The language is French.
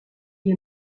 est